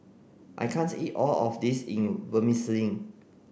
I can't eat all of this in Vermicelli